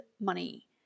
money